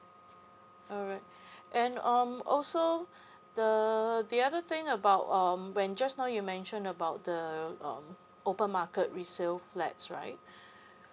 alright and um also the the other thing about um when just now you mention about the um open market resale flats right